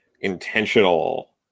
intentional